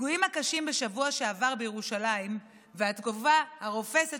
הפיגועים הקשים בשבוע שעבר בירושלים והתגובה הרופסת